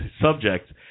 subjects